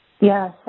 Yes